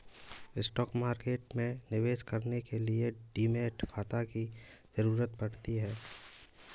stock market में निवेश करने के लिए डीमैट खाता की जरुरत पड़ती है